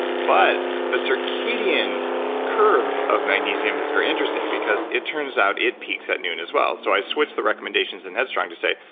but the circadian curve of magnesium is very interesting because it turns out it peaks at noon as well. so i switched the recommendations in head strong to say,